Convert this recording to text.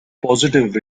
positive